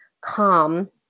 calm